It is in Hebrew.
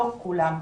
לא כולם מסוגלים.